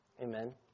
Amen